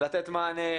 לתת מענה,